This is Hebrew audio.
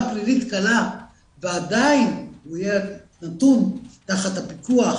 פלילית קלה ועדיין הוא יהיה נתון תחת הפיקוח